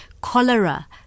cholera